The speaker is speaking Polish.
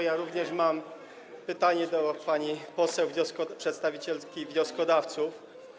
Ja również mam pytanie do pani poseł przedstawicielki wnioskodawców.